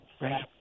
Right